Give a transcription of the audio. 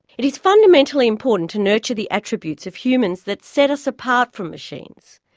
it is fundamentally important to nurture the attributes of humans that set us apart from machines,